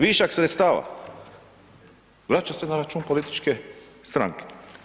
Višak sredstava, vraća se na račun političke stranke.